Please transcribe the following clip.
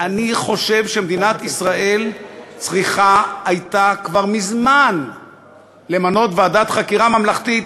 אני חושב שמדינת ישראל הייתה צריכה כבר מזמן למנות ועדת חקירה ממלכתית,